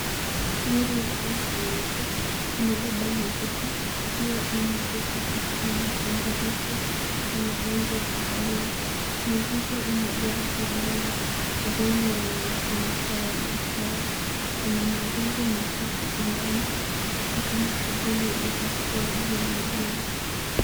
Lori ya rangi nyeupe imebeba mizigo ikiwa imeegeshwa karibu na jengo refu lenye rangi ya kahawia. Mizigo imejaa juu ya lori. Majengo yanaonekana kuwa ya biashara. Kuna mawingu machache angani, ni kama shughuli ya upakuaji wa mizigo.